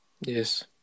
Yes